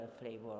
flavor